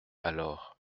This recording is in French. alors